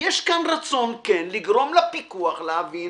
יש כאן רצון כן לגרום לפיקוח להבין